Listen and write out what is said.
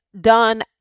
done